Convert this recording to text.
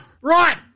Right